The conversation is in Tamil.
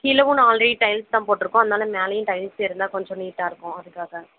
கிழவும் நான் ஆல்ரெடி டைல்ஸ் தான் போட்டுருக்கோம் அதனால மேலேயும் டைல்ஸ் இருந்தால் கொஞ்சம் நீட்டாக இருக்கும் அதற்காக